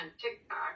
TikTok